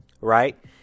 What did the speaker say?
right